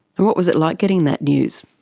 what was it like, getting that news?